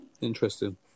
Interesting